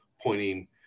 pointing